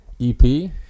ep